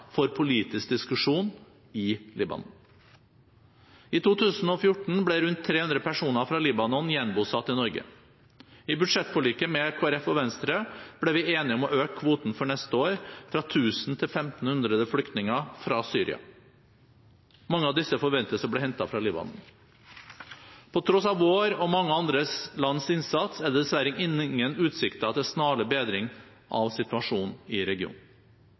for politisk diskusjon i Libanon. I 2014 ble rundt 300 personer fra Libanon gjenbosatt i Norge. I budsjettforliket med Kristelig Folkeparti og Venstre ble vi enige om å øke kvoten for neste år fra 1 000 til 1 500 flyktninger fra Syria. Mange av disse forventes å bli hentet fra Libanon. På tross av vår og mange andre lands innsats er det dessverre ingen utsikter til snarlig bedring av situasjonen i regionen.